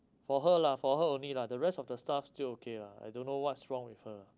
for her lah for her only lah the rest of the staff still okay lah I don't know what's wrong with her